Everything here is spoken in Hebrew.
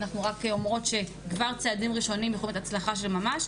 אנחנו רק אומרות שכבר צעדים ראשונים יכולים להיות הצלחה של ממש.